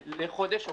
המדד לחודש אוקטובר.